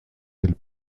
elles